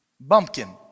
bumpkin